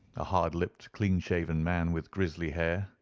a hard-lipped, clean-shaven man with grizzly hair.